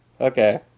okay